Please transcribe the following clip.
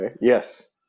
Yes